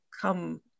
Come